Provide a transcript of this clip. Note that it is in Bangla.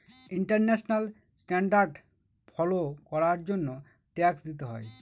ইন্টারন্যাশনাল স্ট্যান্ডার্ড ফলো করার জন্য ট্যাক্স দিতে হয়